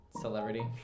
Celebrity